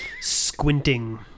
squinting